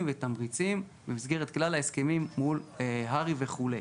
ותמריצים במסגרת כלל ההסכמים מול הר"י וכולי.